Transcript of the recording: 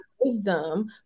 wisdom